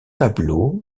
tableau